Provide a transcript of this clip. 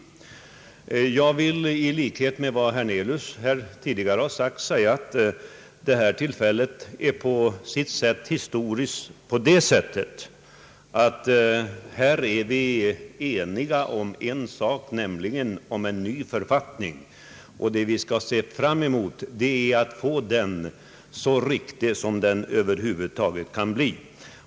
Jag vill instämma i vad herr Hernelius tidigare sagt om att detta tillfälle på sitt sätt är historiskt, nämligen så till vida att vi är eniga om en sak — en ny författning. Det mål vi skall ha för ögonen är att få den så riktig den över huvud taget kan bli.